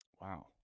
Wow